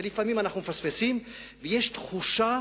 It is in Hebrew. ולפעמים אנחנו מפספסים, ויש תחושה